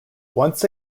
once